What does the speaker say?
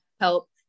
help